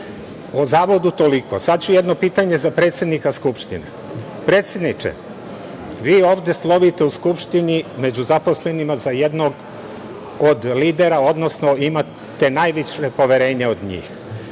O Zavodu toliko. Sada ću jedno pitanje za predsednika Skupštine. Predsedniče, vi ovde slovite u Skupštini među zaposlenima za jednog od lidera, odnosno imate najviše poverenja od njih.